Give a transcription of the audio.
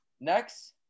next